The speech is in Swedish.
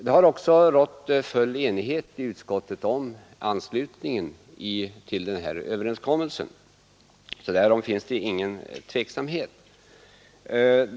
Det har också rått full enighet i utskottet om anslutningen till denna internationella överenskommelse.